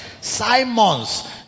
Simons